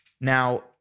Now